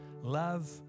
Love